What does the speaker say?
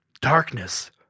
Darkness